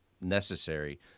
necessary